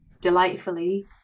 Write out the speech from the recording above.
delightfully